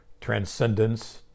transcendence